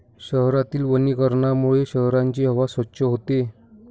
शहरातील वनीकरणामुळे शहराची हवा स्वच्छ होते